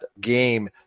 game